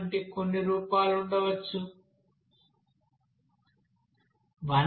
వంటి కొన్ని రూపాలు ఉండవచ్చు 1yax3b